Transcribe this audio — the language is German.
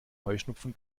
heuschnupfen